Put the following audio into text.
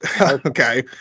okay